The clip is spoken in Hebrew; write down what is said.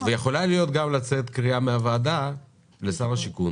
ויכולה גם לצאת קריאה מהוועדה לשר השיכון